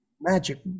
magic